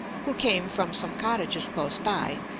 who came from some cottages close by,